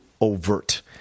overt